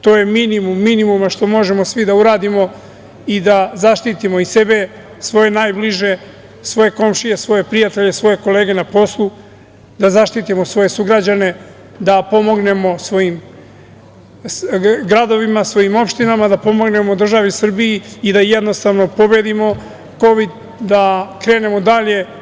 To je minimum minimuma što možemo svi da uradimo i da zaštitimo i sebe, svoje najbliže, svoje komšije, svoje prijatelje, svoje kolege na poslu, da zaštitimo svoje sugrađane, da pomognemo svojim gradovima, svojim opštinama, da pomognemo državi Srbiji i da jednostavno pobedimo Kovid, da krenemo dalje.